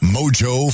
Mojo